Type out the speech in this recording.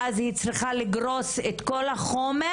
ואז היא צריכה לגרוס את כל החומר,